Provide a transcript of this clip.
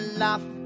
laugh